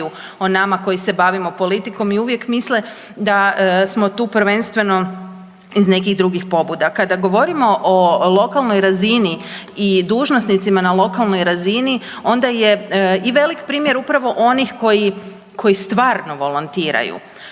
o nama koji se bavimo politikom i uvijek misle da smo tu prvenstveno iz nekih drugih pobuda. Kada govorimo o lokalnoj razini i dužnosnicima na lokalnoj razini onda je i velik primjer upravo onih koji stvarno volontiraju,